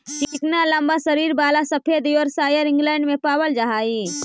चिकना लम्बा शरीर वाला सफेद योर्कशायर इंग्लैण्ड में पावल जा हई